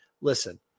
listen